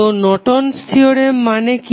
তো Norton's theorem Nortons Theorem মানে কি